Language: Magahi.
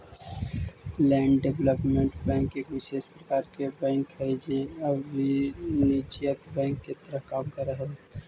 लैंड डेवलपमेंट बैंक एक विशेष प्रकार के बैंक हइ जे अवाणिज्यिक बैंक के तरह काम करऽ हइ